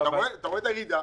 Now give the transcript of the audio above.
אתה רואה את הירידה.